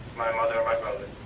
my mother and my brother.